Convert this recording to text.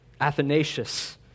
Athanasius